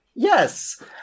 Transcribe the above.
Yes